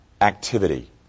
activity